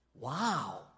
Wow